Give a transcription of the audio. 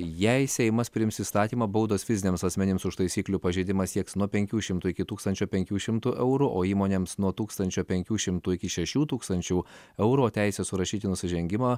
jei seimas priims įstatymą baudos fiziniams asmenims už taisyklių pažeidimą sieks nuo penkių šimtų iki tūkstančio penkių šimtų eurų o įmonėms nuo tūkstančio penkių šimtų iki šešių tūkstančių eurų o teisę surašyti nusižengimą